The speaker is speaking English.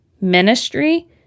ministry